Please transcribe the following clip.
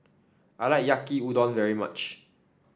I like Yaki Udon very much